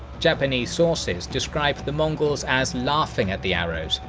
japanese sources describe the mongols as laughing at the arrows,